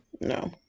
No